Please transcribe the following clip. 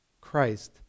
Christ